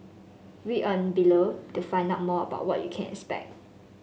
read on below to find out more about what you can expect